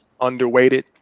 underweighted